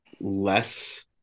less